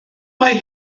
mae